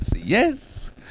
Yes